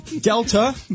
Delta